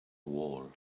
wall